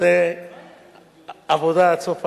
עושה עבודה עד סוף היום,